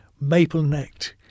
maple-necked